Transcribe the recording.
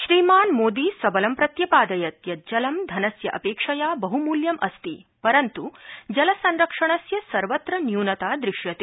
श्रीमान् मोदी सबलं प्रत्यपादयत् यत् जलं धनस्य अपेक्षया बहुमूल्यम् अस्ति परन्त् जलसंरक्षणस्य सर्वत्र न्यूनता दृश्यते